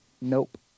Nope